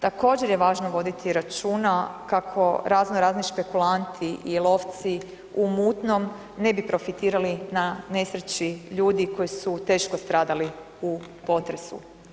Također je važno voditi računa kako razno razni špekulanti i lovci u mutnom ne bi profitirali na nesreći ljudi koji su teško stradali u potresu.